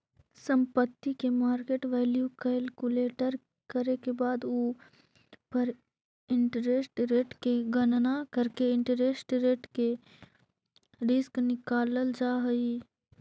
संपत्ति के market value calculate करे के बाद उ पर इंटरेस्ट रेट के गणना करके इंटरेस्ट रेट रिस्क निकालल जा हई